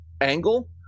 angle